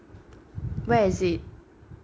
where is it